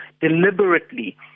deliberately